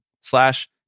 slash